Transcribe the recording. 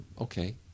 Okay